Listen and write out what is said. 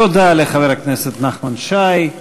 תודה לחבר הכנסת נחמן שי.